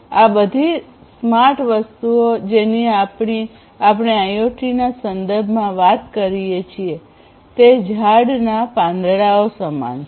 આ બધી સ્માર્ટ વસ્તુઓ જેની આપણે આઈઓટીના સંદર્ભમાં વાત કરીએ છીએ તે ઝાડના પાંદડાઓ સમાન છે